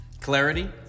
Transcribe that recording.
Clarity